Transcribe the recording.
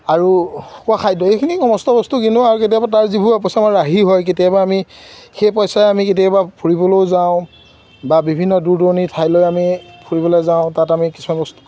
আৰু খোৱা খাদ্য এইখিনি সমস্ত বস্তু কিনো আৰু কেতিয়াবা তাৰ যিবোৰ পইচা আমাৰ ৰাহি হয় কেতিয়াবা আমি সেই পইচাই আমি কেতিয়াবা ফুৰিবলৈও যাওঁ বা বিভিন্ন দূৰ দূৰণি ঠাইলৈ আমি ফুৰিবলৈ যাওঁ তাত আমি কিছুমান বস্তু